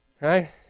right